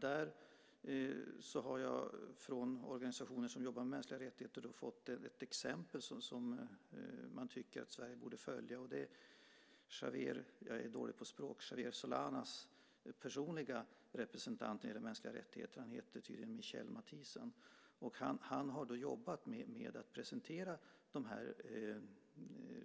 Jag har från organisationer som jobbar med mänskliga rättigheter fått ett exempel som man tycker att Sverige borde följa. Xavier Solanas personliga representant när det gäller mänskliga rättigheter, Michael Mathiessen, har jobbat med att presentera de